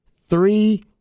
three